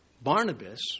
Barnabas